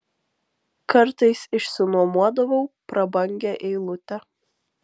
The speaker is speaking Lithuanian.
kartais išsinuomodavau prabangią eilutę